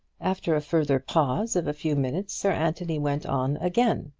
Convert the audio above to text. after a further pause of a few minutes, sir anthony went on again,